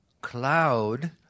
cloud